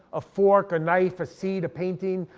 a fork, a knife, a scene, a painting,